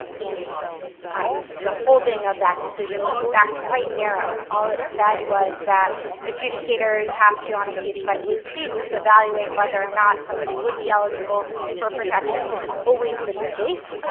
um um the holding of that decision was in fact quite narrow. all it said was that adjudicators have to, on a case-by-case basis evaluate whether or not somebody would be eligible for protection, which has always been the case.